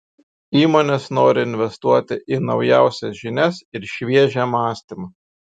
įmonės nori investuoti į naujausias žinias ir šviežią mąstymą